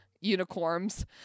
unicorns